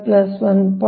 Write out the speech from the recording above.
ಆದ್ದರಿಂದ